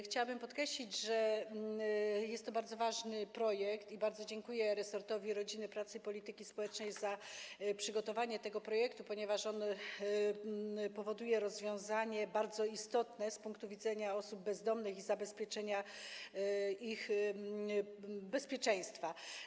Chciałabym podkreślić, że jest to bardzo ważny projekt, i bardzo dziękuję resortowi rodziny, pracy i polityki społecznej za przygotowanie tego projektu, ponieważ on przewiduje rozwiązanie bardzo istotne z punktu widzenia osób bezdomnych i zabezpieczenia ich bezpieczeństwa.